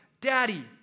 Daddy